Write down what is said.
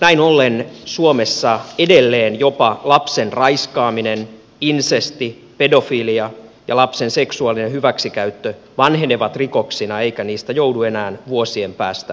näin ollen suomessa edelleen jopa lapsen raiskaaminen insesti pedofilia ja lapsen seksuaalinen hyväksikäyttö vanhenevat rikoksina eikä niistä joudu enää vuosien päästä vastuuseen